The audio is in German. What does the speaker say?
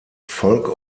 folk